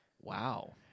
Wow